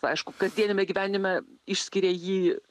aišku kasdieniame gyvenime išskiria jį